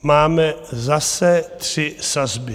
Máme zase tři sazby.